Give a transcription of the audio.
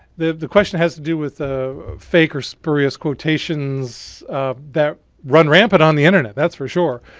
the the question has to do with ah fake or spurious quotations that run rampant on the internet. that's for sure.